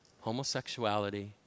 homosexuality